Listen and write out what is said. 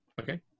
Okay